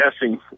guessing